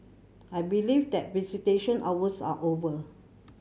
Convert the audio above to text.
I believe that visitation hours are over